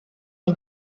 ein